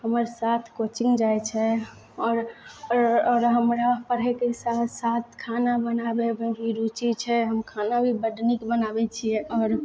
हमर साथ कोचिंग जाइ छै आओर आओर हमरा पढ़ैके साथ साथ खाना बनाबैमे भी रूचि छै हम खाना भी बड नीक बनाबै छियै आओर